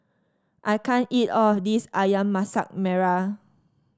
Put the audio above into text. I can't eat all of this ayam Masak Merah